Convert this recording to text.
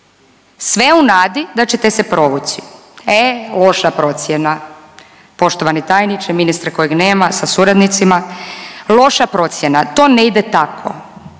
sve u nadi da ćete se provući. Eee loša procjena. Poštovani tajniče, ministre kojeg nema sa suradnicima, loša procjena. To ne ide tako!